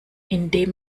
indem